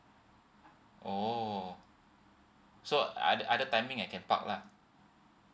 oh so other other timing I can park lah